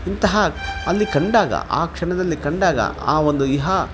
ಇಂತಹ ಅಲ್ಲಿ ಕಂಡಾಗ ಆ ಕ್ಷಣದಲ್ಲಿ ಕಂಡಾಗ ಆ ಒಂದು ಇಹ